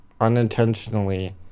unintentionally